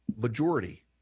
majority